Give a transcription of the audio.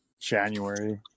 January